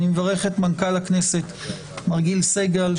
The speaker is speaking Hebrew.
אני מברך את מנכ"ל הכנסת מר גיל סגל,